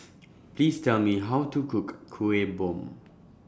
Please Tell Me How to Cook Kueh Bom